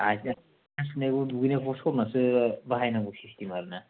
आथिं आखाय सुनाय दुगैनायखौबो सरनासो बाहायनांगौ सिस्टेम आरोना